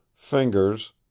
fingers